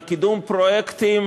על קידום פרויקטים